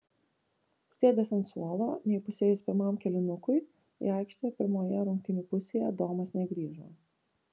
sėdęs ant suolo neįpusėjus pirmam kėlinukui į aikštę pirmoje rungtynių pusėje domas negrįžo